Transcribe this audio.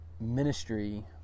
ministry